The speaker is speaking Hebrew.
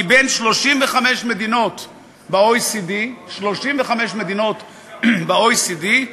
מבין 35 מדינות ב-OECD, 35 מדינות ב-OECD,